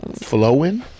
flowing